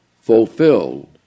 fulfilled